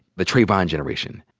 the trayvon generation.